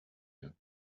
here